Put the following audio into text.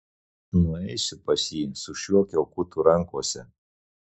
nueisiu pas jį su šiuo kiaukutu rankose